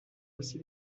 aussi